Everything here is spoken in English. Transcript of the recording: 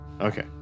okay